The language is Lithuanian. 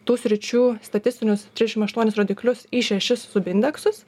tų sričių statistinius trisdešim aštuonis rodiklius į šešis indeksus